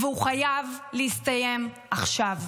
והוא חייב להסתיים עכשיו.